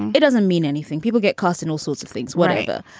it doesn't mean anything. people get costs in all sorts of things, whatever.